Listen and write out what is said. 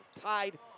tied